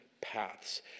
paths